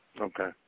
Okay